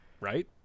right